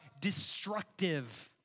destructive